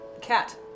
cat